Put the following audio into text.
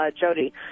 Jody